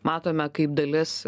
matome kaip dalis